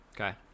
Okay